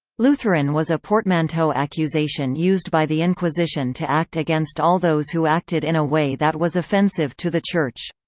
lutheran was a portmanteau accusation used by the inquisition to act against all those who acted in a way that was offensive to the church.